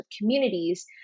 communities